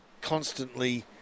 constantly